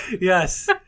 yes